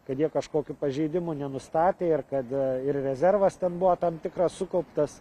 kad jie kažkokių pažeidimų nenustatė ir kad ir rezervas ten buvo tam tikras sukauptas